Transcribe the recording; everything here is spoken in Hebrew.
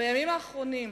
בימים האחרונים,